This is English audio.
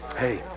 Hey